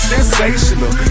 Sensational